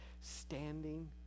standing